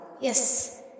Yes